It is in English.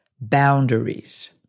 boundaries